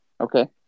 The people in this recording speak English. Okay